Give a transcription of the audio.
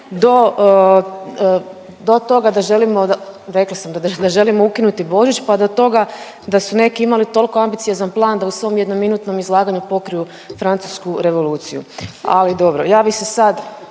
do toga da želimo rekla sam da želimo ukinuti Božić pa do toga da su neki imali tolko ambiciozan plan da u svom jednominutnom izlaganju pokriju Francusku revoluciju. Ali dobro. Ja bi se sad